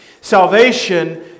Salvation